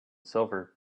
silver